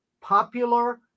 popular